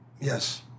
Yes